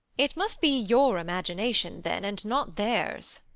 it must be your imagination then, and not theirs.